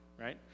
right